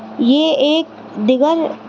یہ ایک دگر